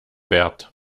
wert